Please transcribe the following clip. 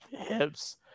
hips